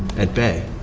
at bay.